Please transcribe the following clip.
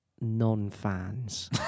non-fans